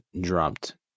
dropped